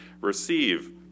receive